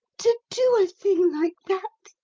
to do a thing like that?